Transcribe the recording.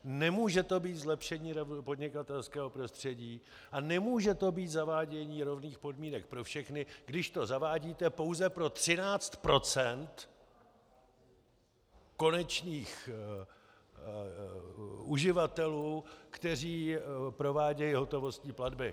Nemůže to být zlepšení podnikatelského prostředí a nemůže to být zavádění rovných podmínek pro všechny, když to zavádíte pouze pro 13 % konečných uživatelů, kteří provádějí hotovostní platby!